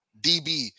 DB